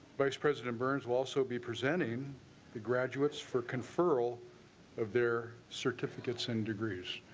vice president burns will also be presenting the graduates for conferral of their certificates and degrees.